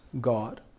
God